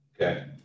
Okay